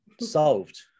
solved